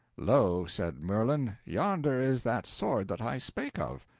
lo, said merlin, yonder is that sword that i spake of.